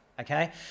okay